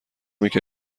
اینکه